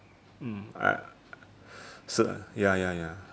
mm I su~ ya ya ya